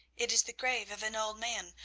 it is the grave of an old man,